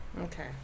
okay